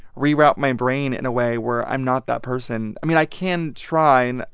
reroute my brain in a way where i'm not that person. i mean, i can try, and